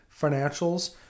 financials